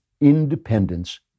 independence